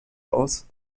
aus